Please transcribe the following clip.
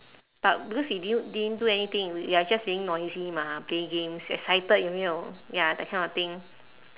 but because we didn't didn't do anything we are just being noisy mah play games excited you know ya that kind of thing